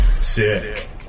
Sick